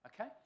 Okay